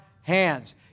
hands